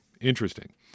Interesting